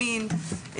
מין,